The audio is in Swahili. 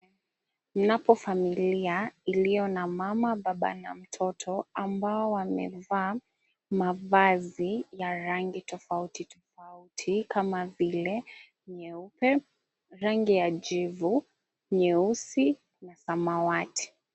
Ninapo familia ilio na mama ,baba na mtoto ambao wamevaaa mavazi ya rangi tofauti tu rangi ya jivu, nyeusi na samawati.